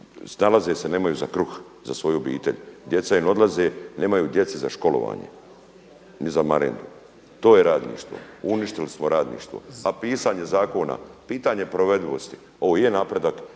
snalaze se nemaju za kruh, za svoju obitelj. Djeca im odlaze, nemaju djeci na školovanje ni za marendu. To je radništvo. Uništilo smo radništvo. A pisanje zakona, pitanje provedivosti, ovo je napredak